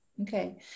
Okay